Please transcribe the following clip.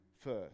first